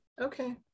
okay